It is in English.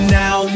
now